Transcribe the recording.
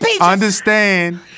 Understand